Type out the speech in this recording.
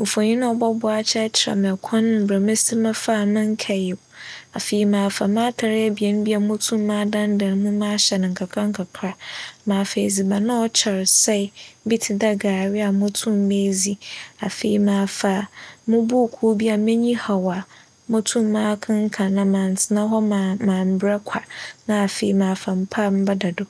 Mfonyin a ͻbͻboa akyerɛkyerɛ me kwan mbrɛ mebesi bɛfaa mennkɛyew. Afei m'afa m'atar ebien bi a motum m'adandan mu ahyɛ no nkakrankakra, m'afa edziban a ͻkyɛr sɛɛ bi tse dɛ gari a motum meedzi. Afei m'afa mo buukuu bi a m'enyi haw motum m'akenkan na menntsena hͻ mammbrɛ kwa na afei m'afa mpa mebɛda do.